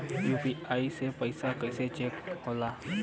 UPI से पैसा कैसे चेक होला?